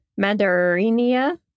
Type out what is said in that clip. mandarinia